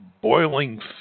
boiling